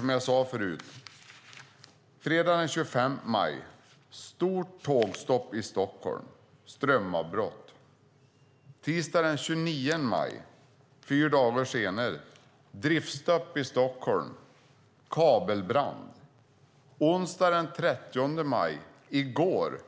Som jag sade förut: Fredagen den 25 maj, stort tågstopp i Stockholm på grund av strömavbrott. Tisdagen den 29 maj, fyra dagar senare, driftstopp i Stockholm på grund av kabelbrand. Onsdagen den 30 maj, i går,